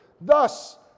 Thus